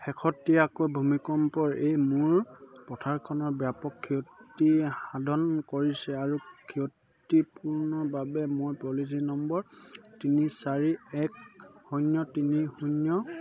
শেহতীয়াকৈ ভূমিকম্পই মোৰ পথাৰখনৰ ব্যাপক ক্ষতিসাধন কৰিছে আৰু ক্ষতিপূৰণৰ বাবে মই পলিচী নম্বৰ তিনি চাৰি এক শূন্য তিনি শূন্য